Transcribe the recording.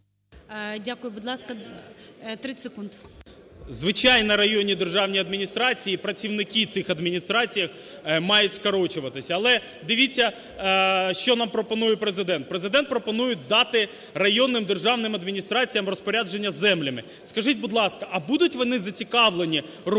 Дякую. Будь ласка, 30 секунд. ІВЧЕНКО В.Є. Звичайно, районні державні адміністрації працівники цих адміністрацій мають скорочуватися. Але, дивіться, що нам пропонує Президент. Президент пропонує дати районним державним адміністраціям розпорядження землями. Скажіть, будь ласка, а будуть вони зацікавлені робити